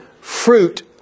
fruit